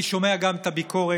אני שומע גם את הביקורת,